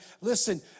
Listen